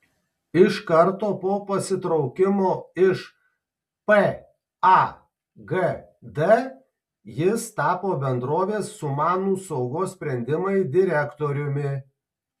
iš karto po pasitraukimo iš pagd jis tapo bendrovės sumanūs saugos sprendimai direktoriumi